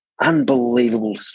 unbelievable